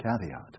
caveat